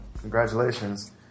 Congratulations